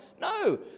No